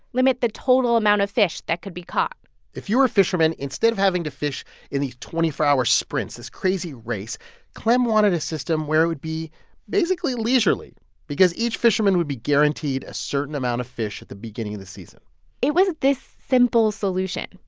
limit the total amount of fish that could be caught if you were a fisherman, instead of having to fish in these twenty four hour sprints, this crazy race, clem wanted a system where it would be basically leisurely because each fisherman would be guaranteed a certain amount of fish at the beginning of the season it was this simple solution.